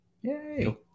Yay